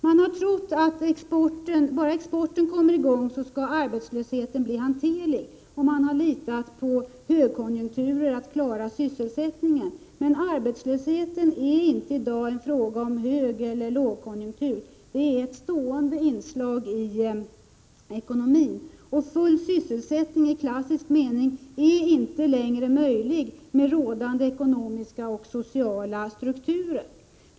Man har trott att bara exporten kommer i gång skall arbetslösheten bli hanterlig, och man har litat på högkonjunkturen för att klara sysselsättningen, men arbetslösheten är inte i dag en fråga om högeller lågkonjunktur. Den är ett stående inslag i ekonomin, och full sysselsättning i klassisk mening är inte längre möjlig med rådande ekonomiska och sociala strukturer.